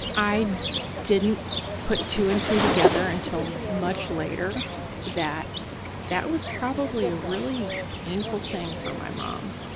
i didn't put two and two together until much later that that was probably a really painful thing for my mom,